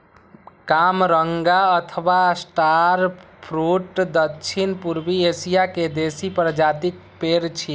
कामरंगा अथवा star fruit दक्षिण पूर्वी एशिया के देसी प्रजातिक पेड़ छियै